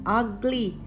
ugly